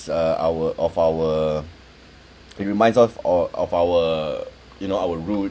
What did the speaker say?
uh our of our it reminds us of our you know our roots